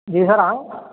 जी sir आएँ